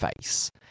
face